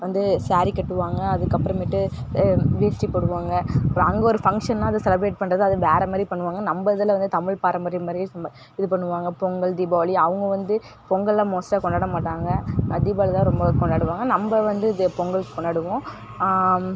வந்து சாரீ கட்டுவாங்க அதுக்கப்புறமேட்டு வேஷ்டி போடுவாங்க அப்புறம் அங்கே ஒரு ஃபங்ஷன்னால் அதை செலிப்ரேட் பண்ணுறது அதை வேறு மாதிரி பண்ணுவாங்க நம்ம இதில் வந்து தமிழ் பாரம்பரியம் மாதிரியே இது பண்ணுவாங்க பொங்கல் தீபாவளி அவங்க வந்து பொங்கலெலாம் மோஸ்ட்டாக கொண்டாட மாட்டாங்க தீபாவளிதான் ரொம்ப கொண்டாடுவாங்க நம்ம வந்து இது பொங்கல் கொண்டாடுவோம்